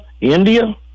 India